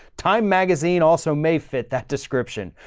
time magazine also may fit that description.